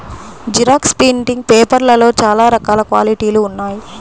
xerox printing పేపర్లలో చాలా రకాల క్వాలిటీలు ఉన్నాయి